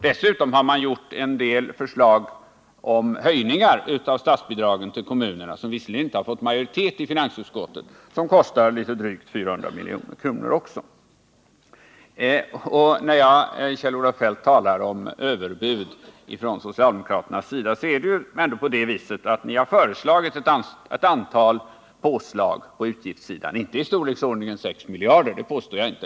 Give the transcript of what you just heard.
Dessutom har man kommit med en del förslag om höjningar av statsbidragen till kommunerna, vilka kostar litet drygt 400 milj.kr. De förslagen har dock inte fått majoritet i finansutskottet. När jag talar om överbud från socialdemokraternas sida beror det, Kjell-Olof Feldt, på att ni har föreslagit ett antal påslag på utgiftssidan — inte i storleksordningen 6 miljarder, det påstår jag inte.